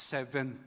Seven